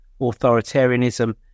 authoritarianism